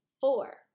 Four